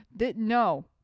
No